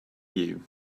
you